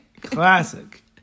Classic